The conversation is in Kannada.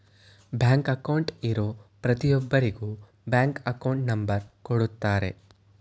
ಬ್ಯಾಂಕಲ್ಲಿ ಅಕೌಂಟ್ಗೆ ಇರೋ ಪ್ರತಿಯೊಬ್ಬರಿಗೂ ಬ್ಯಾಂಕ್ ಅಕೌಂಟ್ ನಂಬರ್ ಕೊಡುತ್ತಾರೆ